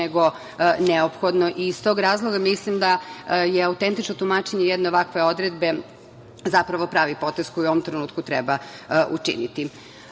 nego neophodno i iz tog razloga mislim da je autentično tumačenje jedne ovakve odredbe zapravo pravi potez koji u ovom trenutku treba učiniti. Vlada